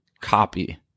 copy